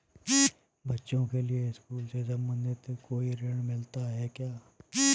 बच्चों के लिए स्कूल से संबंधित कोई ऋण मिलता है क्या?